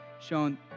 shown